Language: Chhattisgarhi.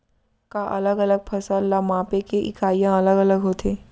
का अलग अलग फसल ला मापे के इकाइयां अलग अलग होथे?